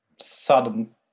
sudden